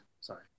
sorry